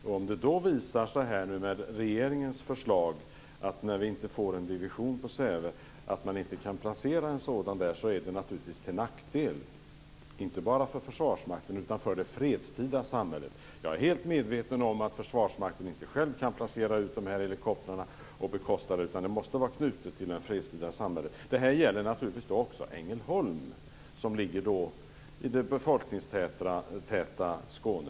När vi inte får en division vid Säve och det med regeringens förslag visar sig att man inte kan placera en sådan ambulans där är det naturligtvis till nackdel inte bara för Försvarsmakten utan för det fredstida samhället. Jag är helt medveten om att Försvarsmakten inte själv kan placera ut de här helikoptrarna och bekosta dem. Det måste vara knutet till det fredstida samhället. Det här gäller naturligtvis också Ängelholm, som ligger i det befolkningstäta Skåne.